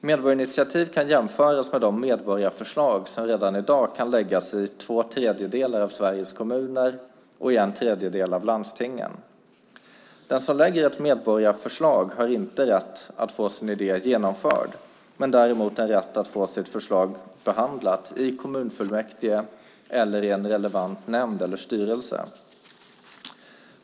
Medborgarinitiativ kan jämföras med de medborgarförslag som redan i dag kan läggas i två tredjedelar av Sveriges kommuner och i en tredjedel av landstingen. Den som väcker ett medborgarförslag har inte rätt att få sin idé genomförd men däremot en rätt att få sitt förslag behandlat i kommunfullmäktige eller i en relevant nämnd eller styrelse.